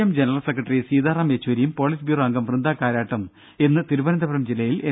M general secretary Sitaram യെച്ചൂരിയും polit bureau അംഗം വൃന്ദ കാരാട്ടും ഇന്ന് തിരുവനന്തപുരം ജില്ലയിൽ എൽ